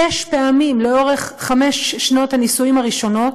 שש פעמים לאורך חמש שנות הנישואים הראשונות.